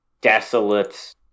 desolate